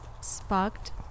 sparked